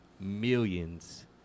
millions